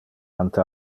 ante